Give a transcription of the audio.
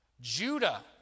Judah